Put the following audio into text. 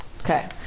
Okay